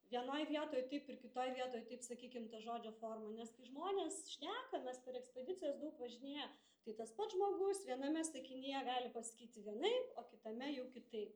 vienoj vietoj taip ir kitoj vietoj taip sakykim ta žodžio forma nes kai žmonės šneka mes per ekspedicijas daug važinėję tai tas pats žmogus viename sakinyje gali pasakyti vienaip o kitame jau kitaip